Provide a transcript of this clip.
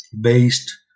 based